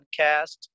podcast